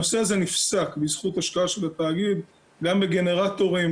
הנושא הזה נפסק בזכות השקעה של התאגיד גם בגנרטורים,